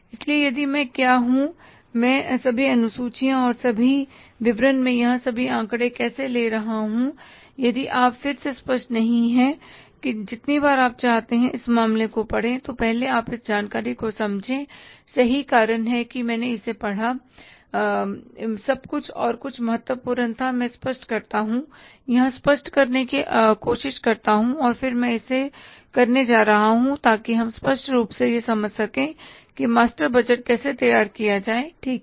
इसलिए यदि मैं क्या हूं मैं सभी अनुसूचियां और सभी विवरण में यहां सभी आंकड़े कैसे ले रहा हूं यदि आप फिर से स्पष्ट नहीं हैं जितनी बार आप चाहते हैं इस मामले को पढ़ें तो पहले आप इस जानकारी को समझें यही कारण है कि मैंने इसे पढ़ा सब कुछ और कुछ महत्वपूर्ण था मैं स्पष्ट करता हूं यहां स्पष्ट करने की कोशिश करता हूं और फिर मैं अब इसे करने जा रहा हूं ताकि हम स्पष्ट रूप से समझ सकें कि मास्टर बजट कैसे तैयार किया जाए ठीक है